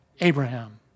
Abraham